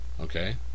Okay